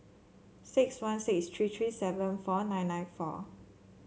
six one six tree tree seven four nine nine four